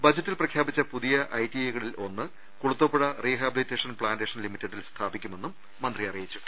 ബജറ്റിൽ പ്രഖ്യാപിച്ച പുതിയ ഐടിഐകളിൽ ഒന്ന് കുളത്തൂ പുഴ റീഹാബിലിറ്റേഷൻ പ്ലാന്റേഷൻ ലിമിറ്റഡിൽ സ്ഥാപിക്കുമെന്നും മന്ത്രി അറിയിച്ചു